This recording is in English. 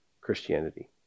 Christianity